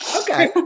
Okay